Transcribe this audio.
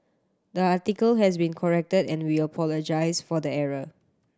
the article has been corrected and we apologise for the error